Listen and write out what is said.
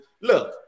look